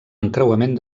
encreuament